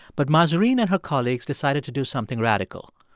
but mahzarin and her colleagues decided to do something radical.